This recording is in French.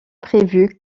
prévu